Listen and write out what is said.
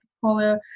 portfolio